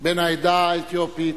בן העדה האתיופית,